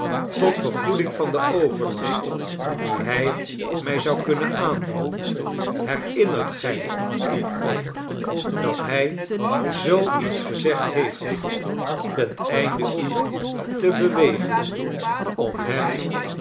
tot vergoeding van den overlast dien hij mij zou kunnen aandoen herinnert gij u ook dat hij zoo iets gezegd heeft ten einde u te bewegen om hem